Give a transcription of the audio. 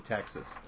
Texas